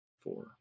four